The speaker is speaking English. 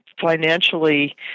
financially